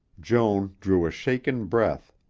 joan drew a shaken breath.